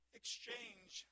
exchange